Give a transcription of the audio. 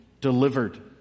delivered